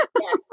yes